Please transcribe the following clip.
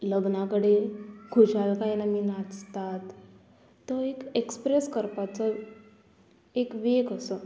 लग्ना कडे खुशालकायेन आमी नाचतात तो एक एक्सप्रेस करपाचो एक वेग कसो